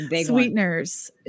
Sweeteners